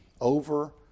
over